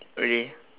already